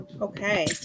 Okay